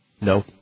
No